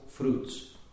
fruits